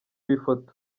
ifoto